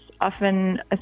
often